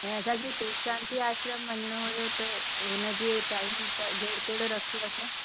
ऐं असांखे शिव शांति आश्रम वञिणो हुओ त हुनजे टाइम त के कहिड़ो रखूं असां